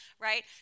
right